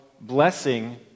blessing